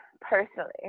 personally